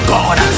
God